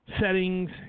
settings